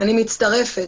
אני מצטרפת.